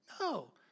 No